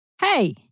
Hey